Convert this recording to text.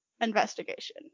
investigation